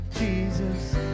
Jesus